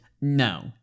No